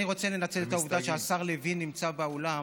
אני רוצה לנצל את העובדה שהשר לוין נמצא באולם